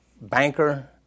banker